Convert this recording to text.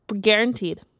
guaranteed